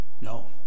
No